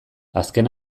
azken